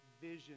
vision